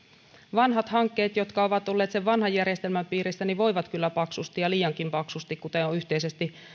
vanhat hankkeet jotka ovat olleet sen vanhan järjestelmän piirissä voivat kyllä paksusti ja liiankin paksusti kuten on yhteisesti